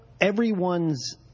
everyone's